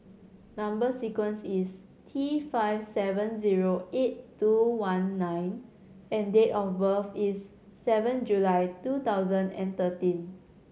number sequence is T five seven zero eight two one nine and date of birth is seven July two thousand and thirteen